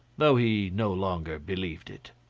though he no longer believed it.